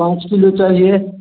पाँच किलो चाहिए